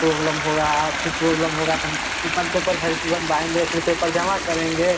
problem होगी फिर problem होगी तो हम पेपर वेपर से बनवाएँगे फिर पेपर जमा करेंगे